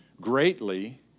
greatly